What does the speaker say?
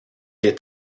est